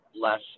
less